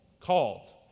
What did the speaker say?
Called